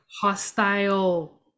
hostile